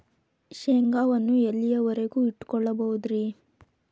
ಶೇಂಗಾವನ್ನು ಎಲ್ಲಿಯವರೆಗೂ ಇಟ್ಟು ಕೊಳ್ಳಬಹುದು ರೇ?